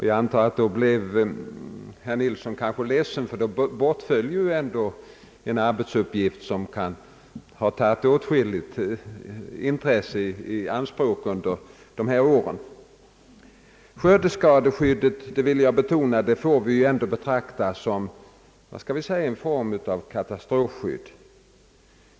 Jag tänker mig att herr Nilsson i sådant fall kanske skulle bli ledsen — då bortföll ju ändå en arbetsuppgift som tagit åtskilligt intresse i anspråk under några år. Jag vill betona att skördeskadeskyddet får betraktas som en form av katastrofskydd.